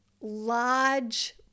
large